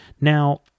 Now